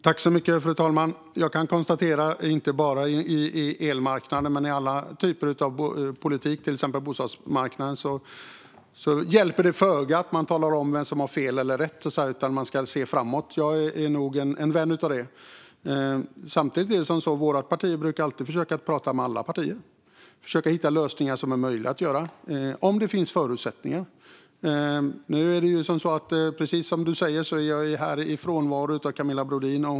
Fru talman! Inte bara när det gäller elmarknaden utan i all politik, till exempel när det gäller bostadsmarknaden, hjälper det föga att tala om vem som har fel eller rätt, utan man ska se framåt. Jag är nog en vän av det. Vårt parti brukar alltid försöka prata med alla partier och hitta möjliga lösningar, om det finns förutsättningar. Precis som Rickard Nordin säger är jag här i Camilla Brodins frånvaro.